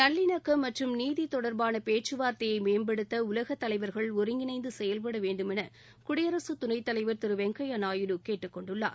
நல்லிணக்கம் மற்றும் நீதி தொடர்பாள பேச்சுவார்த்தையை மேம்படுத்த உலக தலைவர்கள் ஒருங்கிணைந்து செயல்பட வேண்டுமென குடியரகத் துணைத் தலைவர் திரு வெங்கையா நாயுடு கேட்டுக்கொண்டுள்ளார்